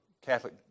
Catholic